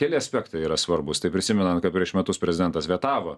keli aspektai yra svarbūs tai prisimenant kad prieš metus prezidentas vetavo